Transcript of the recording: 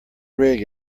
rig